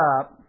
up